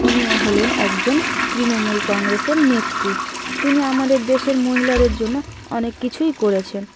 তিনি হলেন একজন তৃণমূল কংগ্রেসের নেত্রী তিনি আমাদের দেশের মহিলাদের জন্য অনেক কিছুই করেছেন